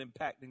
impacting